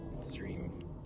stream